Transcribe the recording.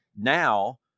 now